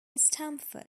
stamford